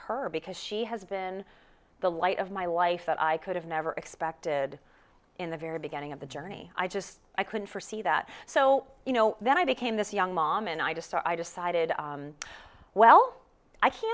her because she has been the light of my life that i could have never expected in the very beginning of the journey i just i couldn't forsee that so you know then i became this young mom and i just so i decided well i can't